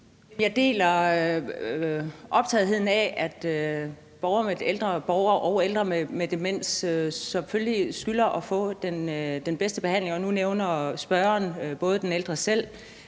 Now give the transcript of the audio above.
vi selvfølgelig skylder ældre borgere og ældre med demens at få den bedste behandling. Nu nævner spørgeren både den ældre selv